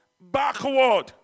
backward